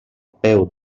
peu